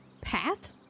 path